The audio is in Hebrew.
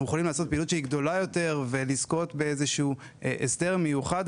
יוכלו לעשות פעילות שהיא גדולה יותר ולזכות באיזה שהוא הסדר מיוחד.